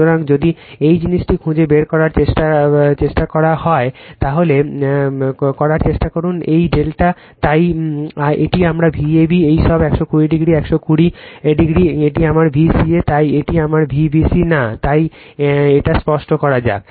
সুতরাং যদি এই জিনিসটি খুঁজে বের করার চেষ্টা করার চেষ্টা করা হয় তাহলে করার চেষ্টা করুন এই ∆ তাই এটি আমার Vab এই সব 120o 120 এটি আমার Vca তাই এটি আমার Vbc না তাই এটা স্পষ্ট করা যাক